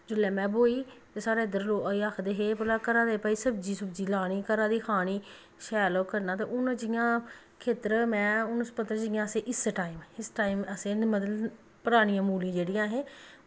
जेल्लै में ब्होई ते साढ़े इद्धर लोक एह् आखदे हे भला घरा दे भाई सब्जी सुब्जी लानी घरा दी खानी शैल ओह् करना ते हून जि'यां खेत्तर मैं हून मतलब जि'यां असें इस्सै टाईम इस टाईम असें निं मतलब परानियां मूलियां जेह्ड़ियां असें